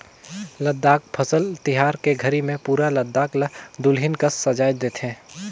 लद्दाख फसल तिहार के घरी मे पुरा लद्दाख ल दुलहिन कस सजाए देथे